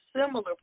similar